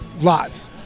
lots